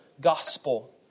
gospel